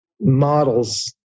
models